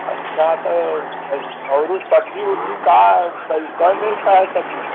अच्छा तो अ और सब्जी उब्जी का है कई कै मेल का है सब्जी